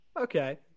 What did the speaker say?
okay